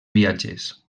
viatges